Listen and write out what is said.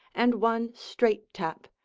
and one straight-tap,